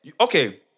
okay